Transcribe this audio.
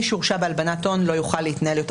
מי שהורשע בהלבנת הון לא יוכל להתנהל יותר